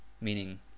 meaning